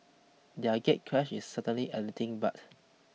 their gatecrash is certainly anything but